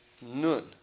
Nun